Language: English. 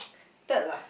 third lah